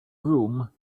room